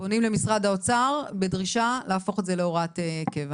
פונים למשרד האוצר בדרישה להפוך את זה להוראת קבע.